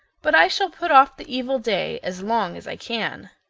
but i shall put off the evil day as long as i can.